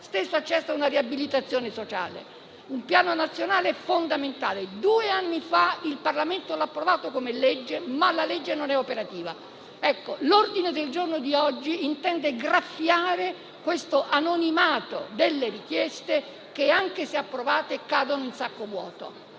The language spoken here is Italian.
stesso accesso a una riabilitazione sociale. Un piano nazionale è fondamentale: due anni fa il Parlamento ha approvato una legge che però non è operativa. L'ordine del giorno presentato oggi intende "graffiare" questo anonimato delle richieste che, anche se approvate, cadono in sacco vuoto.